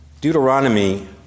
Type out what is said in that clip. Deuteronomy